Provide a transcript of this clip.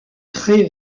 très